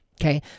Okay